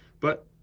but,